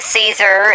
Caesar